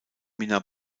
minna